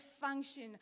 function